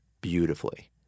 beautifully